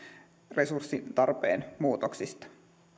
resurssitarpeen muutoksista